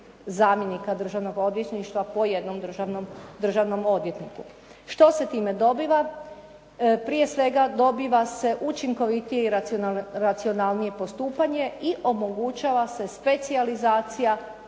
zamjenika državnog odvjetništva po jednom državnom odvjetniku. Što se time dobiva. Prije svega dobiva se učinkovitije i racionalnije postupanje i omogućava se specijalizacija